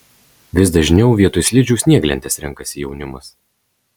vis dažniau vietoj slidžių snieglentes renkasi jaunimas